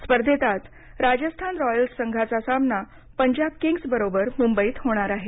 स्पर्धेत आज राजस्थान रॉयल्स संघाचा सामना पंजाब किंग्सबरोबर मुंबईत होणार आहे